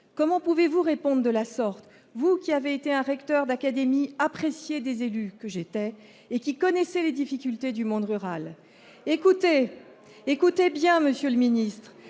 comment pouvez vous répond de la sorte, vous qui avez été un recteur d'académie appréciée des élus que j'étais et qui connaissait les difficultés du monde rural, écoutez, écoutez bien Monsieur le Ministre,